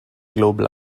global